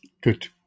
Good